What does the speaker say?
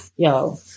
Yo